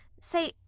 Say